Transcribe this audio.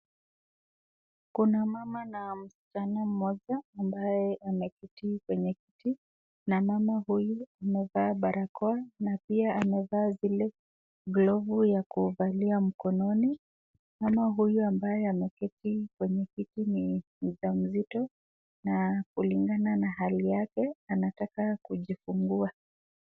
Kuna mama na msichana mmoja ambaye ameketi kwenye kiti, na mama huyu amevaa barakoa na pia amevaa zile glovu ya kuvalia mkononi. Mama huyu ambaye ameketi kwenye kiti ni mjamzito. Na kulingana na hali yake anataka kujifungua.